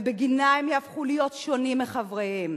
ובגינה הם יהפכו להיות שונים מחבריהם.